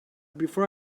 before